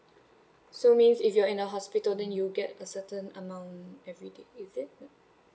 so means if you're in the hospital then you get a certain amount everyday is it